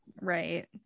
right